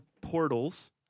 Portals